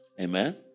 Amen